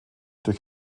durch